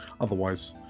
otherwise